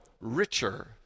richer